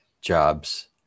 jobs